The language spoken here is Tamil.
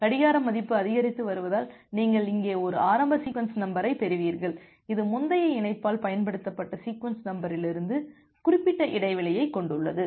கடிகார மதிப்பு அதிகரித்து வருவதால் நீங்கள் இங்கே ஒரு ஆரம்ப சீக்வென்ஸ் நம்பரைப் பெறுவீர்கள் இது முந்தைய இணைப்பால் பயன்படுத்தப்பட்ட சீக்வென்ஸ் நம்பரிலிருந்து குறிப்பிட்ட இடைவெளியைக் கொண்டுள்ளது